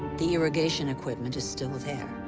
the irrigation equipment is still there.